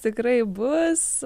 tikrai bus